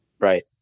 Right